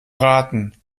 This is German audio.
raten